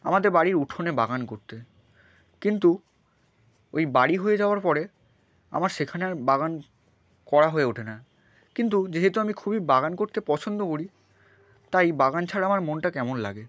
আমাদের বাড়ির উঠোনে বাগান করতে কিন্তু ওই বাড়ি হয়ে যাওয়ার পরে আমার সেখানে আর বাগান করা হয়ে ওঠে না কিন্তু যেহেতু আমি খুবই বাগান করতে পছন্দ করি তাই বাগান ছাড়া আমার মনটা কেমন লাগে